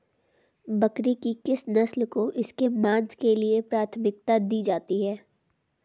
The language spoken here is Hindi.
बकरी की किस नस्ल को इसके मांस के लिए प्राथमिकता दी जाती है?